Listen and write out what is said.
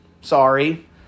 sorry